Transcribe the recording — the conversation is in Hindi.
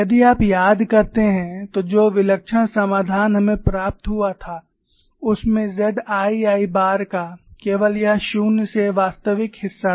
यदि आप याद करते हैं तो जो विलक्षण समाधान हमें प्राप्त हुआ था उसमें ZII बार का केवल यह शून्य से वास्तविक हिस्सा था